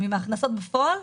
מההכנסות בפועל?